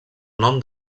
nom